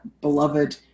beloved